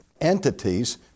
entities